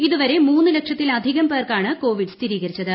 ഇതുവരെ മൂന്നു ലക്ഷത്തിലധികം പേർക്കാണ് കോവിഡ് സ്ഥിരീകരിച്ചത്